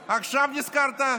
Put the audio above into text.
נזכרת?